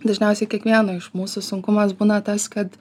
dažniausiai kiekvieno iš mūsų sunkumas būna tas kad